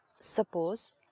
Suppose